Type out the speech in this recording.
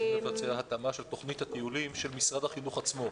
צריך לבצע התאמה של תוכנית הטיולים של משרד החינוך עצמו.